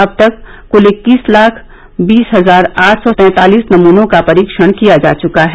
अब तक कुल इक्कीस लाख बीस हजार आठ सौ तैंतालीस नमूनों का परीक्षण किया जा चुका है